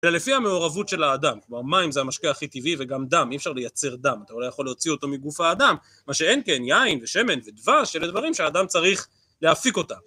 ולפי המעורבות של האדם, כלומר המים זה המשקה הכי טבעי וגם דם, אי אפשר לייצר דם, אתה אולי יכול להוציא אותו מגוף האדם, מה שאין כן, יין ושמן ודבש, אלה דברים שהאדם צריך להפיק אותם.